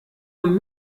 und